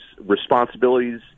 responsibilities